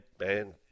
man